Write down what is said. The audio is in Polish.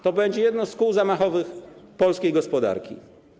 To będzie jedno z kół zamachowych polskiej gospodarki.